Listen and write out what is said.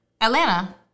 Atlanta